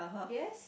yes